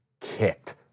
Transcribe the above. kicked